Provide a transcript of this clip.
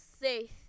safe